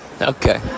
Okay